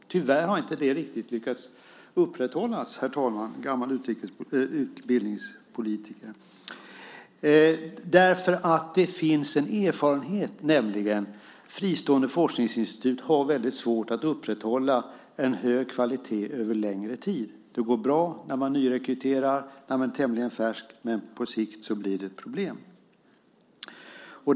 Tyvärr har det inte riktigt lyckats upprätthållas, herr talman - gammal utbildningspolitiker. Det finns en erfarenhet, nämligen att fristående forskningsinstitut har väldigt svårt att upprätthålla en hög kvalitet över längre tid. Det går bra när man nyrekryterar, när man är tämligen färsk, men på sikt blir det problem.